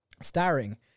Starring